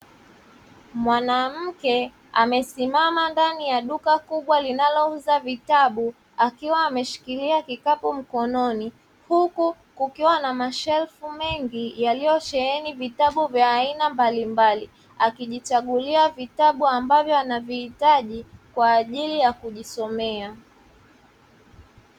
Mwanamke amesimama ndani ya duka kubwa linalouza vitabu akiwa ameshikilia kikapu mkononi, huku kukiwa na mashelfu mengi yaliyosheheni vitabu vya aina mbali mbali akijichagulia vitabu ambavyo anavihitaji kwa ajili ya kujisomea.